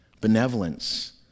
benevolence